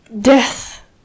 death